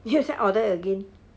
又在 order again